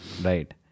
Right